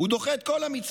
הוא דוחה את כל המצוות,